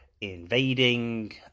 invading